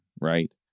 right